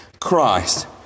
Christ